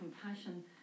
compassion